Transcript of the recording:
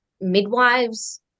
midwives